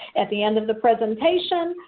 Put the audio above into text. at the end of the presentation,